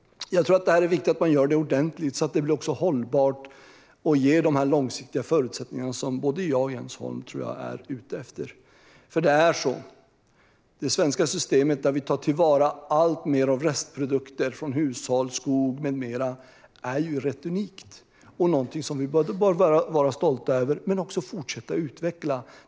Det är viktigt att man gör detta ordentligt så att det blir hållbart och ger de långsiktiga förutsättningar som jag tror att både jag och Jens Holm är ute efter. Det svenska systemet, där vi tar till vara allt fler restprodukter från hushåll, skog med mera, är rätt unikt och något som vi både bör vara stolta över och fortsätta att utveckla.